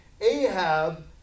Ahab